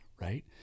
Right